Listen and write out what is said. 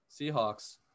Seahawks